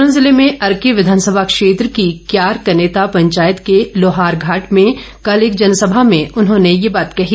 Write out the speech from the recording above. सोलन जिले में अर्की विधानसभा क्षेत्र की क्यार कनेता पंचायत के लोहारघाट में कल एक जनसभा में उन्होंने ये बात कही